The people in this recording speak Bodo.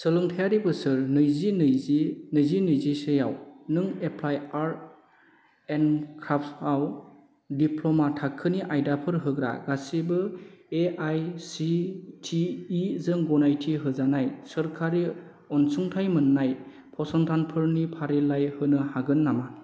सोलोंथायारि बोसोर नैजि नैजि नैजि नैजिसेआव नों एप्लाइड आर्ट एन्ड क्राफ्टस आव दिप्ल'मा थाखोनि आयदाफोर होग्रा गासैबो एआइसिटिइ जों गनायथि होजानाय सोरखारि अनसुंथाइ मोन्नाय फसंथानफोरनि फारिलाइ होनो हागोन नामा